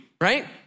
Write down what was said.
right